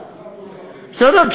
בסדר.